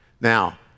Now